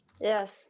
Yes